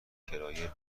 کرایه